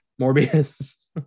Morbius